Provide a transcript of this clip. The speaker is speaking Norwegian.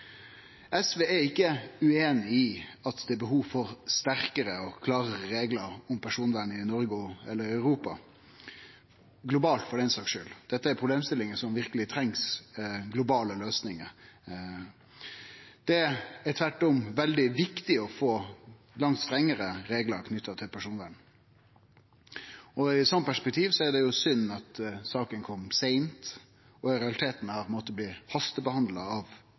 SV er ikkje ueinig i at det er behov for sterkare og klarare reglar om personvern i Noreg, i Europa og globalt for den skyld. Dette er problemstillingar som verkeleg treng globale løysingar. Det er veldig viktig å få langt strengare reglar knytte til personvern. I eit slikt perspektiv er det synd at saka kom seint og i realiteten har mått bli hastebehandla av